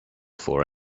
for